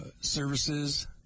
services